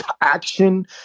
action